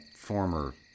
former